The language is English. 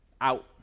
out